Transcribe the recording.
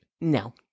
No